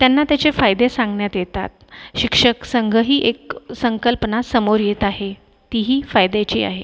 त्यांना त्याचे फायदे सांगण्यात येतात शिक्षक संघ ही एक संकल्पना समोर येत आहे तीही फायद्याची आहे